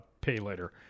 pay-later